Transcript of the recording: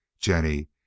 Jenny